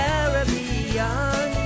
Caribbean